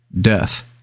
death